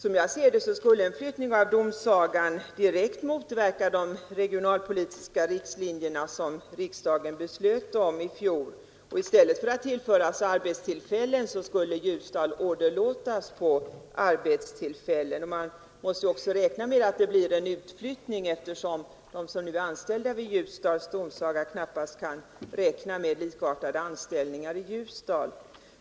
Enligt min uppfattning skulle en flyttning av domsagan direkt motverka de regionalpolitiska riktlinjerna som riksdagen beslöt om i fjol. I stället för att tillföras arbetstillfällen skulle Ljusdal åderlåtas på arbetstillfällen. Man måste också räkna med att det blir en utflyttning, eftersom de som nu är anställda vid Ljusdals domsaga knappast kan räkna med likartade anställningar i Ljusdal.